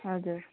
हजुर